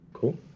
cool